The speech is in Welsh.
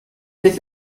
beth